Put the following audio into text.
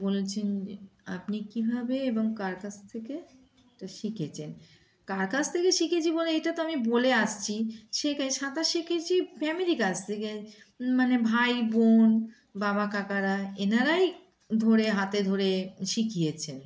বলছেন আপনি কীভাবে এবং কার কাছ থেকে শিখেছেন কার কাছ থেকে শিখেছি বলে এটা তো আমি বলে আসছি সে সাঁতার শিখেছি ফ্যামিলির কাছ থেকে মানে ভাই বোন বাবা কাকারা এনারাই ধরে হাতে ধরে শিখিয়েছেন